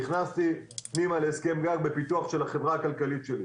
נכנסתי פנימה להסכם גג בפיתוח של החברה הכלכלית שלי.